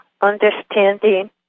understanding